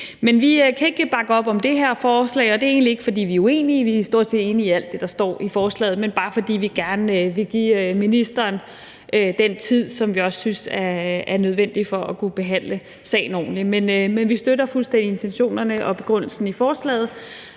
Men vi kan ikke bakke op om det her forslag, og det er egentlig ikke, fordi vi er uenige i det. Vi er stort set enige i alt det, der står i forslaget. Det er bare, fordi vi gerne vil give ministeren den tid, som vi også synes er nødvendig for at kunne behandle sagen ordentlig, men vi støtter fuldstændig intentionerne og begrundelsen i forslaget,